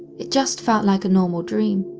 it just felt like a normal dream,